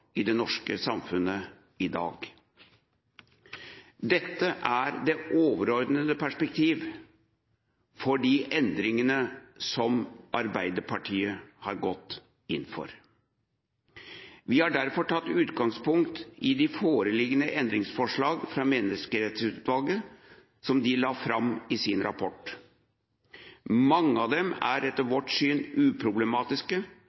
i det norske samfunnet i dag. Dette er det overordnede perspektivet for de endringene som Arbeiderpartiet har gått inn for. Vi har derfor tatt utgangspunkt i de foreliggende endringsforslag fra Menneskerettighetsutvalget som de la fram i sin rapport. Mange av dem er etter